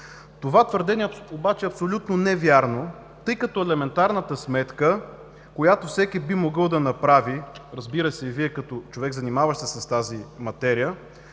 Това твърдение обаче е абсолютно невярно, тъй като елементарната сметка, която всеки би могъл да направи, разбира се и Вие, като човек, занимаващ се с тази материя,